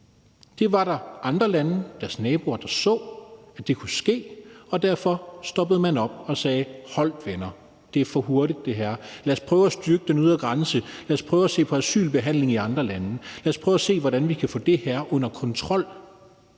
Det var der andre lande, deres naboer, der så kunne ske, og derfor stoppede man op og sagde: Holdt, venner. Det her går for hurtigt. Lad os prøve at styrke den ydre grænse. Lad os prøve at se på asylbehandlingen i andre lande. Lad os prøve at se, hvordan vi kan få det her under kontrol.